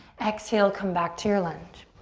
exhale, come back to your lunge.